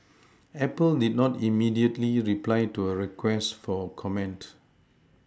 Apple did not immediately reply to a request for comment